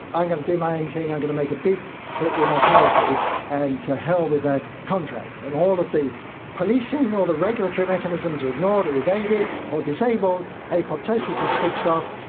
i'm going to do my own thing, i'm going to make a bid for immortality and to hell with that contract. and all of the policing, all the regulatory mechanisms are ignored or evaded or disabled, apoptosis is switched off,